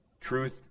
truth